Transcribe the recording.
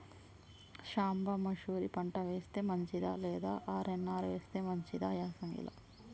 సాంబ మషూరి పంట వేస్తే మంచిదా లేదా ఆర్.ఎన్.ఆర్ వేస్తే మంచిదా యాసంగి లో?